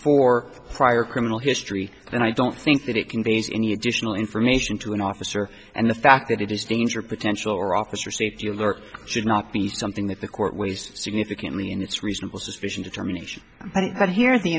for prior criminal history then i don't think that it conveys any additional information to an officer and the fact that it is danger potential or officer safety alert should not be something that the court weighs significantly in its reasonable suspicion determination but that here the